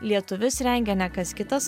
lietuvius rengė ne kas kitas